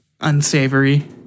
unsavory